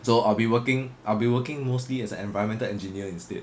so I'll be working I'll be working mostly as an environmental engineer instead